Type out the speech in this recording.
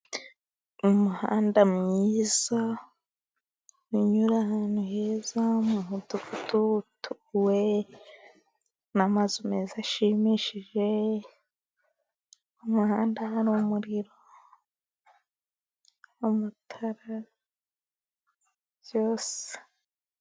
Umuhanda mwiza unyura ahantu heza, mu mudugudu utuwe n'amazu meza ashimishije. Mu muhanda hari umuriro n'amatara, byose.